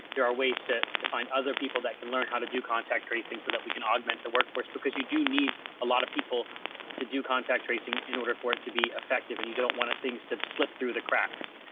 there are ways that to find other people that can learn how to do contact tracing so that we can augment the workforce, because you do need a lot of people to do contact tracing in order for it to be effective. and you don't want things to slip through the cracks,